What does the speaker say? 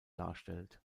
darstellt